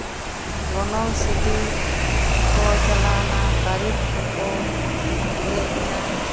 ᱜᱚᱱᱚᱝ ᱥᱤᱫᱤ ᱠᱚ ᱪᱟᱞᱟᱣᱮᱱᱟ ᱵᱟᱨᱮᱛ ᱠᱚᱠᱚ ᱦᱮᱡ ᱮᱱᱟ